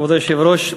כבוד היושב-ראש,